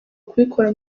kubikora